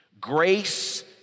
grace